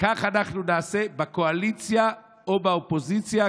וכך אנחנו נעשה בקואליציה או באופוזיציה,